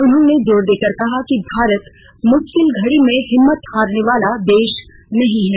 उन्होंने जोर देकर कहा कि भारत मुश्किल घड़ी में हिम्मत हारने वाला देश नहीं है